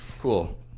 Cool